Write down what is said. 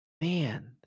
man